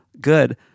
good –